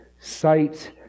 sight